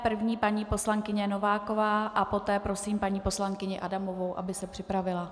První je paní poslankyně Nováková, poté prosím paní poslankyni Adamovou, aby se připravila.